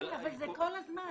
זה כל הזמן.